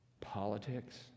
politics